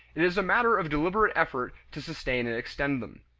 it is a matter of deliberate effort to sustain and extend them.